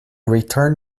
return